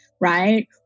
right